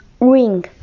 ring